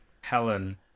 helen